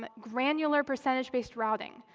but granular percentage-based routing.